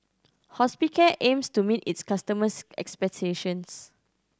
Hospicare aims to meet its customers' expectations